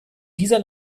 dieser